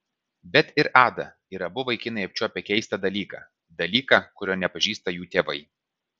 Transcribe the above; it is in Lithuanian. bet ir ada ir abu vaikinai apčiuopę keistą dalyką dalyką kurio nepažįsta jų tėvai